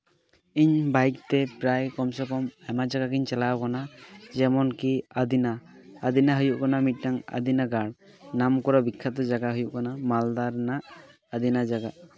ᱤᱧ ᱵᱟᱹᱭᱤᱠ ᱛᱮ ᱯᱨᱟᱭ ᱠᱚᱢ ᱥᱮ ᱠᱚᱢ ᱟᱭᱢᱟ ᱡᱟᱭᱜᱟ ᱜᱤᱧ ᱪᱟᱞᱟᱣ ᱠᱟᱱᱟ ᱡᱮᱢᱚᱱ ᱠᱤ ᱟᱹᱫᱤᱱᱟ ᱟᱹᱫᱤᱱᱟ ᱦᱩᱭᱩᱜ ᱠᱟᱱᱟ ᱢᱤᱫᱴᱟᱱ ᱟᱹᱫᱤᱱᱟ ᱜᱟᱲ ᱱᱟᱢ ᱠᱚᱨᱟ ᱵᱤᱠᱠᱷᱟᱛᱚ ᱡᱟᱭᱜᱟ ᱦᱩᱭᱩᱜ ᱠᱟᱱᱟ ᱢᱟᱞᱫᱟ ᱨᱮᱱᱟᱜ ᱟᱫᱤᱱᱟ ᱡᱟᱭᱜᱟ